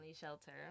shelter